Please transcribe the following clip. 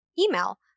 email